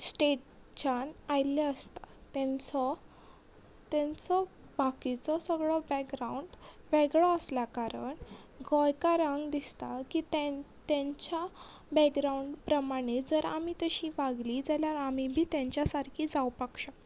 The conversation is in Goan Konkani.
स्टेटच्यान आयल्ले आसता तेंचो तेंचो बाकिचो सगळो बॅगग्रावंड वेगळो आसल्या कारण गोंयकारांक दिसता की तें तेंच्या बॅगग्रावंडा प्रमाणे जर आमी तशीं वागलीं जाल्यार आमी बी तेंच्या सारकी जावपाक शकता